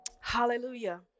Hallelujah